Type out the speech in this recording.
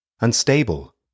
unstable